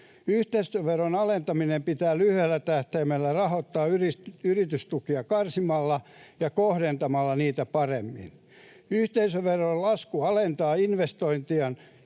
Yhteisöveron alentaminen pitää lyhyellä tähtäimellä rahoittaa yritystukia karsimalla ja kohdentamalla niitä paremmin. Yhteisöveron lasku alentaa investointien